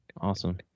Awesome